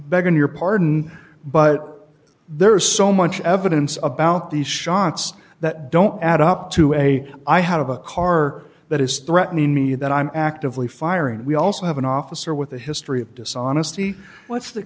beggin your pardon but there's so much evidence about these shots that don't add up to a i have a car that is threatening me that i'm actively firing we also have an officer with a history of dishonesty what's that